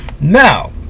Now